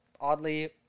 Oddly